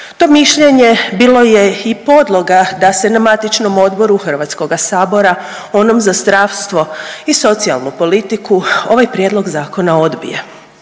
To mišljenje bilo je i podloga da se na matičnom odboru Hrvatskoga sabora, onom za zdravstvo i socijalnu politiku ovaj prijedlog odbije.